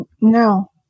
No